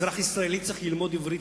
אזרח ישראלי צריך ללמוד עברית,